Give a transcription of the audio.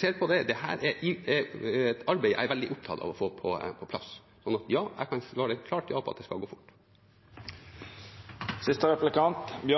ser på det. Dette er et arbeid jeg er veldig opptatt av å få på plass, så jeg kan svare et klart ja på at det skal gå